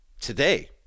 today